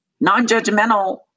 non-judgmental